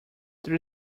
there